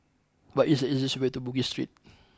what is the easiest way to Bugis Street